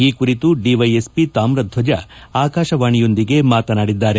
ಈ ಕುರಿತು ಡಿವ್ನೆಎಸ್ಪಿ ತಾಮ್ರಧ್ನಜ ಆಕಾಶವಾಣಿಯೊಂದಿಗೆ ಮಾತನಾಡಿದ್ದಾರೆ